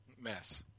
mess